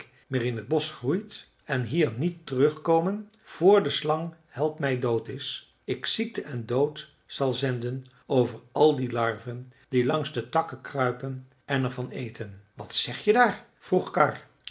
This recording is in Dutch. meer in t bosch groeit en hier niet terugkomen vr de slang helpmij dood is ik ziekte en dood zal zenden over al die larven die langs de takken kruipen en er van eten wat zeg je daar vroeg karr